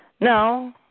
No